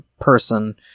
person